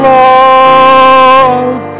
love